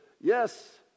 yes